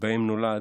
בהם נולד,